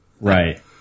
Right